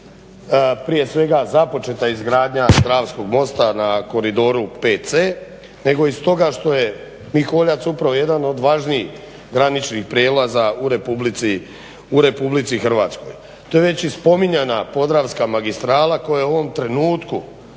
prije svega započeta izgradnja Dravskog mosta na koridoru 5c nego stoga što je Miholjac upravo jedan od važnijih graničnih prijelaza u Republici Hrvatskoj. Tu je već i spominjana podravska magistrala koja u ovom trenutku